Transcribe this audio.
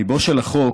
ליבו של החוק